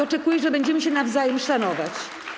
Oczekuję, że będziemy się nawzajem szanować.